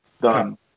done